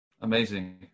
amazing